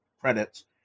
credits